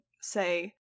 say